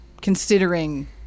Considering